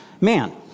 man